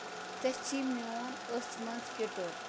ژےٚ چھِی میون أچھ منٛز کِٹُر